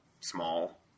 small